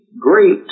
great